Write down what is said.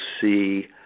see